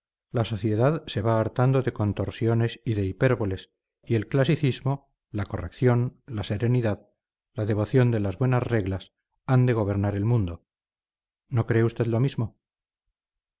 la sociedad se va hartando de contorsiones y de hipérboles y el clasicismo la corrección la serenidad la devoción de las buenas reglas han de gobernar el mundo no cree usted lo mismo